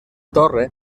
torre